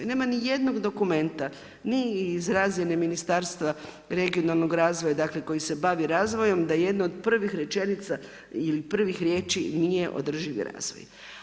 Nema ni jednog dokumenta ni iz razine Ministarstva regionalnog razvoja, dakle koji se bavi razvojem, da jedna od prvih rečenica ili prvih riječi nije održivi razvoj.